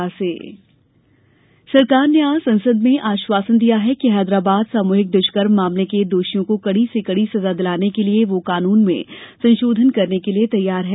दुष्कर्म संसद सरकार ने आज संसद में आश्वासन दिया कि हैदराबाद सामूहिक दुष्कर्म मामले के दोषियों को कड़ी से कड़ी सजा दिलाने के लिए वह कानून में संशोधन करने के लिए तैयार है